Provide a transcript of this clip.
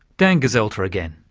dan gezelter again.